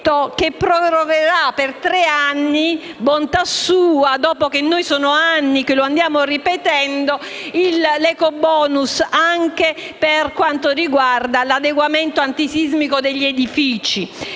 che prorogherà per tre anni - bontà sua, dopo gli anni che noi lo andiamo ripetendo - l'ecobonus anche per quanto riguarda l'adeguamento antisismico degli edifici.